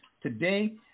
today